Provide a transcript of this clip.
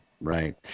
right